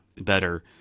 better